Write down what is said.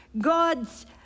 God's